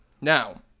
now